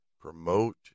promote